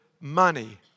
money